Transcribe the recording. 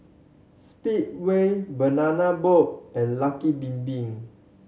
Speedway Banana Boat and Lucky Bin Bin